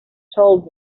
told